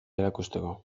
erakusteko